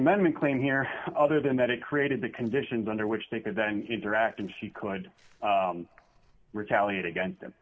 amendment claim here other than that it created the conditions under which they could then interact and she could retaliate against